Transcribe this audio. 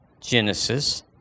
Genesis